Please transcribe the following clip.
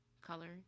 color